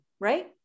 right